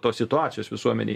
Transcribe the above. tos situacijos visuomenėj